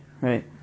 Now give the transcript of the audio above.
right